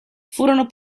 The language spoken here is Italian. furono